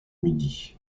midi